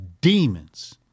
demons